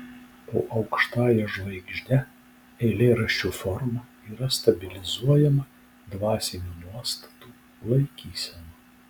po aukštąja žvaigžde eilėraščių forma yra stabilizuojama dvasinių nuostatų laikysenų